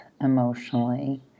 emotionally